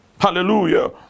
Hallelujah